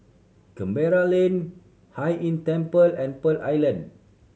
Canberra Lane Hai Inn Temple and Pearl Island